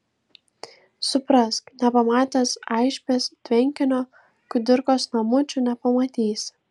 suprask nepamatęs aišbės tvenkinio kudirkos namučių nepamatysi